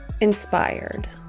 inspired